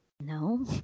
No